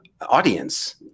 audience